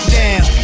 down